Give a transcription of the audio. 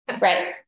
right